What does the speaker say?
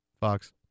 Fox